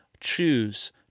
choose